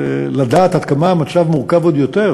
לדעת עד כמה המצב מורכב עוד יותר,